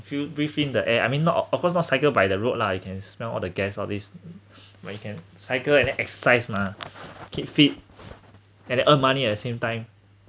if you breathe in the air I mean not of course not cycle by the road lah you can smell all the gas all these where you can cycle and then exercise mah keep fit and then earn money at the same time